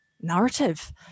narrative